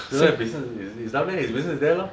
that's why business he business is there lor